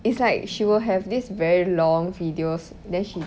it's like she will have this very long videos then she